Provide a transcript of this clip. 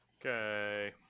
Okay